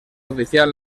oficial